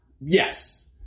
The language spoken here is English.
Yes